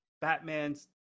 Batman's